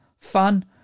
fun